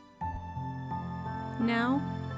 Now